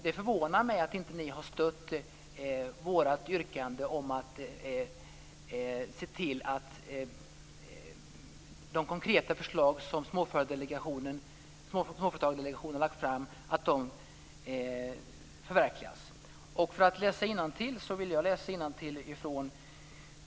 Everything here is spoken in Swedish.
Det förvånar mig att ni inte har stött vårt yrkande om att se till att de konkreta förslag förverkligas som Småföretagsdelegationen har lagt fram.